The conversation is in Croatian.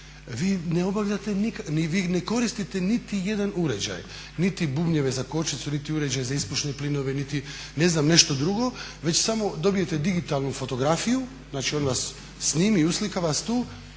vi ne koristite niti jedan uređaj, niti bubnjeve za kočnicu, niti uređaj za ispušne plinove niti ne znam nešto drugo već samo dobijete digitalnu fotografiju. Znači, on vas snimi, uslika vas tu